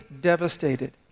devastated